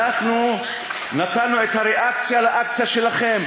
נתנו את הריאקציה לאקציה שלכם.